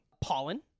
Pollen